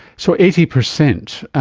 so, eighty percent.